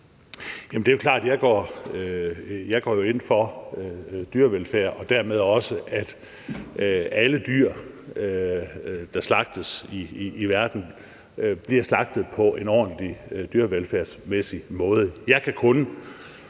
Det er klart, at jeg jo går ind for dyrevelfærd og dermed også, at alle dyr, der slagtes i verden, bliver slagtet på en ordentlig dyrevelfærdsmæssig måde. Jeg har